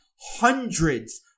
hundreds